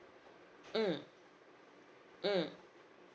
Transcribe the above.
mm mm